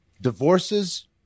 divorces